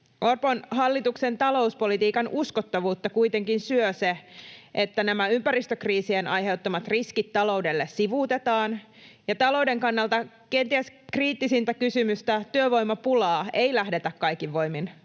Orpon hallituksen talouspolitiikan uskottavuutta kuitenkin syö se, että nämä ympäristökriisien aiheuttamat riskit taloudelle sivuutetaan ja talouden kannalta kenties kriittisintä kysymystä, työvoimapulaa, ei lähdetä kaikin voimin